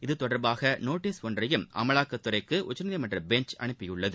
இதுதொ டர்பாக நோட்டீஸ் ஒன்றையும் அமலாக்கத் துறைக்கு உச்ச நீதிமன் றபெஞ்ச் அனுப்பியுள்ளது